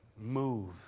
move